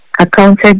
Accounted